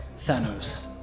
Thanos